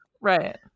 Right